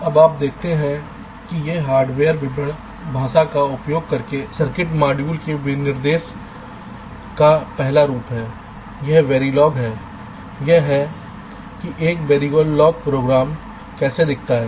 अब आप देखते हैं कि यह हार्डवेयर विवरण भाषा का उपयोग करके सर्किट मॉड्यूल के विनिर्देश का पहला रूप है यह verilog है यह है की एक verilog प्रोग्राम कैसा दिखता है